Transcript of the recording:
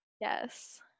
Yes